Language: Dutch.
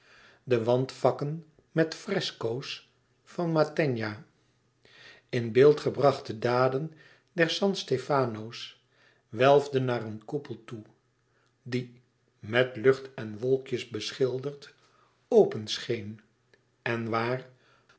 de wandvakken met fresco's van mantegna in beeld gebrachte daden der san stefano's welfden naar een koepel toe die met lucht en wolkjes beschilderd als open scheen en waar